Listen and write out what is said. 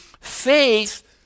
faith